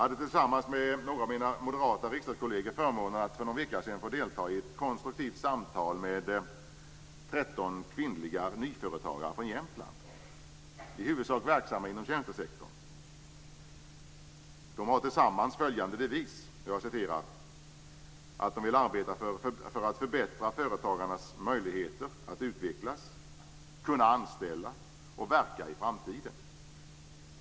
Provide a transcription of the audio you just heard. Jag hade tillsammans med några av mina moderata riksdagskolleger förmånen att för någon vecka sedan få delta i ett konstruktivt samtal med 13 kvinnliga nyföretagare från Jämtland. De var i huvudsak verksamma inom tjänstesektorn. De har tillsammans följande devis: "De vill arbeta för att förbättra företagarnas möjligheter att utvecklas, kunna anställa och verka i framtiden.